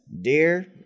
Dear